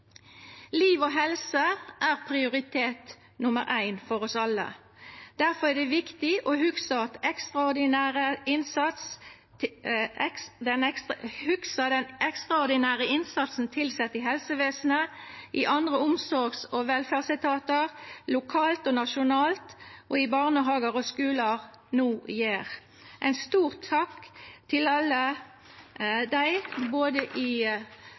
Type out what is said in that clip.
Liv og helse er prioritet nummer éin for oss alle. Difor er det viktig å hugsa den ekstraordinære innsatsen tilsette i helsevesenet, i andre omsorgs- og velferdsetatar, lokalt og nasjonalt, i barnehagar og skular, no gjer. Ein stor takk til alle dei både i